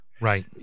Right